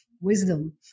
wisdom